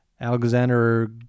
Alexander